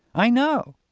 i know.